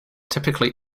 typically